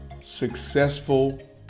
successful